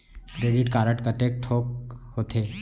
Credit card कतेक ठोक होथे?